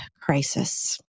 crisis